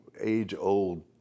age-old